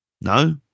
No